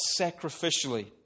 sacrificially